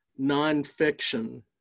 nonfiction